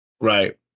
Right